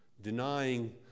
denying